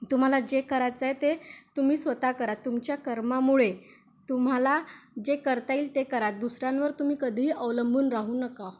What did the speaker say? तुम्हाला जे करायचं आहे ते तुम्ही स्वतः करा तुमच्या कर्मामुळे तुम्हाला जे करता येईल ते करा दुसऱ्यांवर तुम्ही कधीही अवलंबून राहू नका